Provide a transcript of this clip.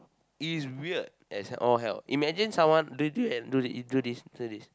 it's weird as all hell imagine someone do you do this do this do this